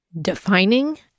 Defining